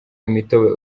imitobe